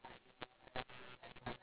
but like ya